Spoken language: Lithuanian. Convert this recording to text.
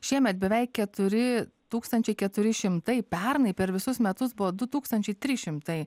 šiemet beveik keturi tūkstančiai keturi šimtai pernai per visus metus buvo du tūkstančiai trys šimtai